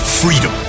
freedom